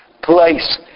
Place